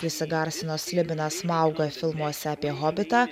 jis įgarsino slibiną smaugą filmuose apie hobitą